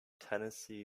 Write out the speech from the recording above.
tennessee